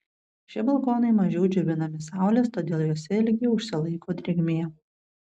šie balkonai mažiau džiovinami saulės todėl juose ilgiau užsilaiko drėgmė